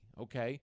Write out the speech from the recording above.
okay